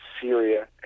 Syria